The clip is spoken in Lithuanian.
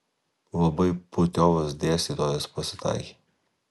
labai putiovas dėstytojas pasitaikė